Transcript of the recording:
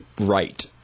right